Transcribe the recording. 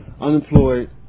unemployed